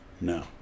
No